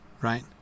right